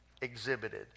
exhibited